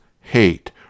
hate